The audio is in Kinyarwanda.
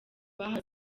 bahawe